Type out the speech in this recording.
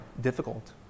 difficult